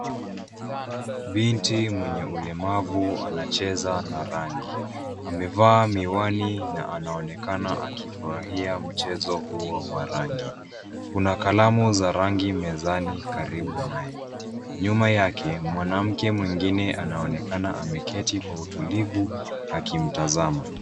Binti mwenye ulemavu anacheza na rangi. Amevaa miwani na anaonekana akifurahia mchezo huo wa rangi. Kuna kalamu za rangi mezani karibu naye. Nyuma yake mwanamke mwingine anaonekana ameketi kwa utulivu akimtazama.